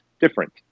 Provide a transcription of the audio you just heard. different